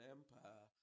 Empire